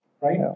Right